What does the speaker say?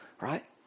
right